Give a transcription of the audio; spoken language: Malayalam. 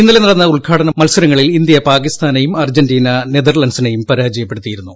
ഇന്നലെ നടന്ന ഉദ്ഘാടന മത്സരങ്ങളിൽ ഇന്ത്യ പാകിസ്ഥാനെയും അർജന്റീന നെതർലൻഡ്സിനേയും പരാജയപ്പെടുത്തിയിരുന്നു